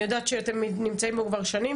אני יודעת שאתם נמצאים פה כבר שנים.